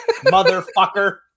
motherfucker